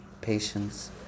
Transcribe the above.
patience